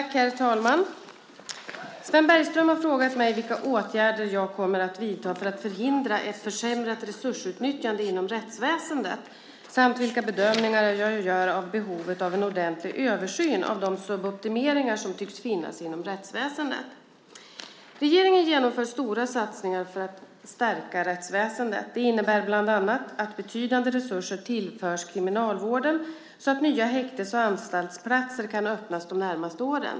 Herr talman! Sven Bergström har frågat mig vilka åtgärder jag kommer att vidta för att förhindra ett försämrat resursutnyttjande inom rättsväsendet samt vilka bedömningar jag gör av behovet av en ordentlig översyn av de suboptimeringar som tycks finnas inom rättsväsendet. Regeringen genomför stora satsningar för att stärka rättsväsendet. Det innebär bland annat att betydande resurser tillförs Kriminalvården så att nya häktes och anstaltsplatser kan öppnas de närmaste åren.